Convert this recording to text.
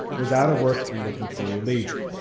was out of work and looking for relief.